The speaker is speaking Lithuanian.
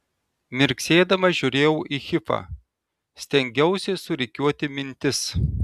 mirksėdama žiūrėjau į hifą stengiausi surikiuoti mintis